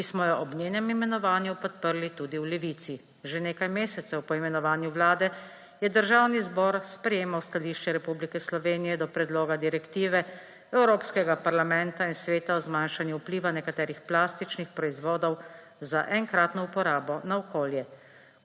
ki smo jo ob njenem imenovanju podprli tudi v Levici. Že nekaj mesecev po imenovanju Vlade je Državni zbor sprejemal stališče Republike Slovenije do predloga Direktive Evropskega parlamenta in Sveta o zmanjšanju vpliva nekaterih plastičnih proizvodov za enkrat uporabo na okolje.